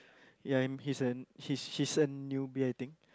ya he's a he's he's a newbie I think